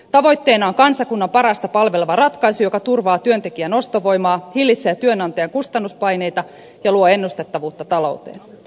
tavoitteena on kansakunnan parasta palveleva ratkaisu joka turvaa työntekijän ostovoimaa hillitsee työnantajan kustannuspaineita ja luo ennustettavuutta talouteen